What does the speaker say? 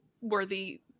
worthy